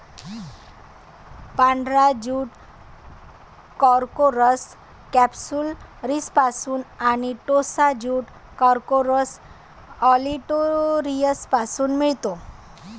पांढरा jute Corchorus कॅप्सुलरिसपासून आणि टोसा ज्यूट कॉर्कोरस ऑलिटोरियसपासून मिळतो